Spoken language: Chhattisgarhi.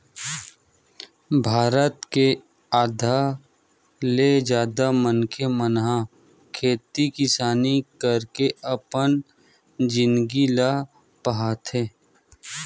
भारत के आधा ले जादा मनखे मन ह खेती किसानी करके अपन जिनगी ल पहाथे